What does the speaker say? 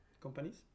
companies